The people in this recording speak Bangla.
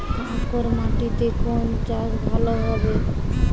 কাঁকর মাটিতে কোন চাষ ভালো হবে?